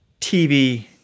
TV